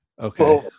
Okay